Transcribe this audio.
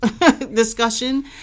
discussion